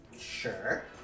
Sure